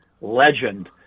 legend